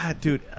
dude